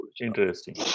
Interesting